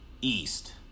east